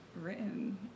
written